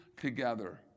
together